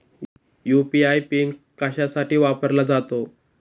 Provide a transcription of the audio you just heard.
UPI PIN कशासाठी वापरला जातो?